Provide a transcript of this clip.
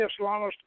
Islamist